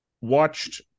watched